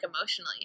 emotionally